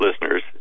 listeners